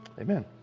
Amen